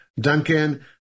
Duncan